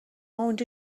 اونجا